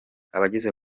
abagize